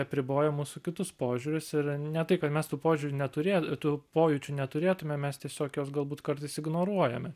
apriboja mūsų kitus požiūrius ir ne tai kad mes tų požiūrių neturė tų pojūčių neturėtume mes tiesiog juos galbūt kartais ignoruojame